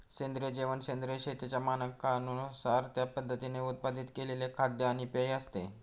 सेंद्रिय जेवण सेंद्रिय शेतीच्या मानकांनुसार त्या पद्धतीने उत्पादित केलेले खाद्य आणि पेय असते